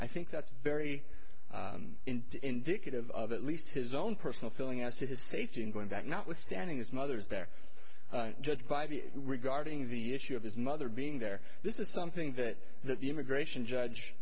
i think that's very indicative of at least his own personal feeling as to his safety in going back notwithstanding his mother's there judge by regarding the issue of his mother being there this is something that the immigration judge